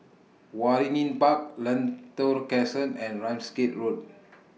Waringin Park Lentor Crescent and Ramsgate Road